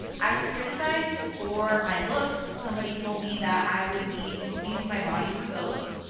i was crilt sized for my looks. somebody told me that i would be using my body for votes.